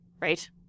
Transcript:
Right